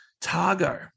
Targo